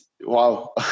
wow